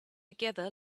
together